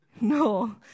No